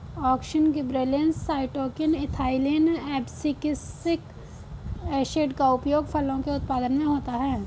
auxin, gibberellins, cytokinin, ethylene, abscisic acid का उपयोग फलों के उत्पादन में होता है